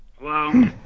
Hello